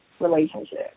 relationship